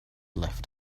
left